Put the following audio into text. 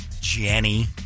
Jenny